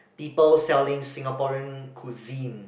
people selling Singaporean cuisine